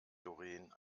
doreen